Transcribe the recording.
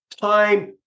time